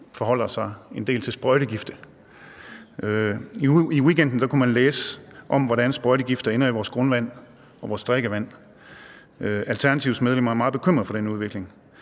forholder sig en del til sprøjtegifte. I weekenden kunne man læse om, hvordan sprøjtegifte ender i vores grundvand og vores drikkevand. Alternativets medlemmer er meget bekymret for den udvikling.